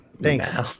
Thanks